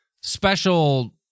special